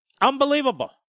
Unbelievable